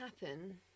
happen